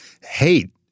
hate